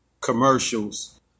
Commercials